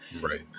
right